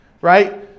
Right